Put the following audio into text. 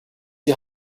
die